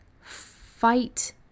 fight